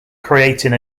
creating